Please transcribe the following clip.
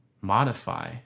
modify